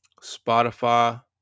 Spotify